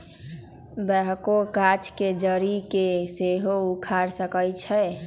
backhoe गाछ के जड़ी के सेहो उखाड़ सकइ छै